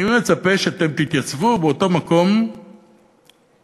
אני מצפה שאתם תתייצבו באותו מקום שפיכם